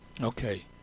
Okay